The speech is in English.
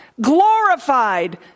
Glorified